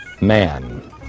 man